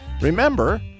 remember